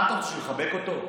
מה אתה רוצה, שנחבק אותו?